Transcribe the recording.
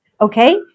Okay